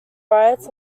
riots